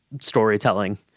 storytelling